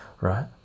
right